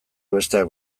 besteak